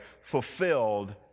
fulfilled